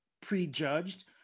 prejudged